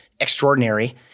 extraordinary